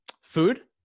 Food